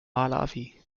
malawi